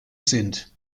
sind